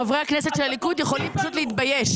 חברי הכנסת של הליכוד יכולים פשוט להתבייש.